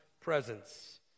presence